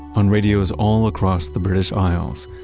on radios all across the british isles,